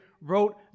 wrote